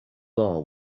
law